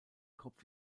kopf